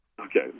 Okay